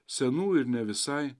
senų ir ne visai